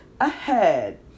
ahead